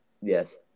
Yes